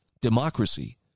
democracy